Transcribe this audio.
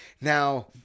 Now